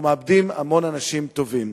אנחנו מאבדים המון אנשים טובים.